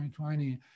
2020